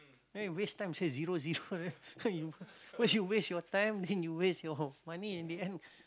the you waste time say zero zero first you waste your time then you waste your money in the end